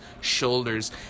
shoulders